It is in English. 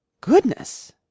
Goodness